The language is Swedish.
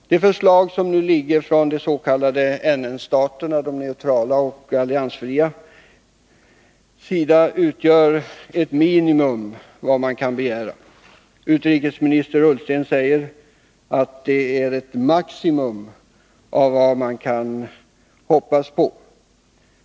Det förslag som nu föreligger från de s.k. NN-staternas sida — de neutrala och alliansfria staterna — utgör ett minimum av vad man kan begära. Utrikesminister Ullsten säger att det är ett maximum av vad man kan hoppas på.